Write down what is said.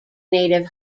native